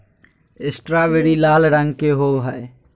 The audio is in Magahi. स्ट्रावेरी लाल रंग के होव हई